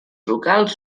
locals